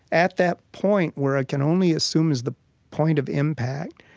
at that point, where i can only assume is the point of impact,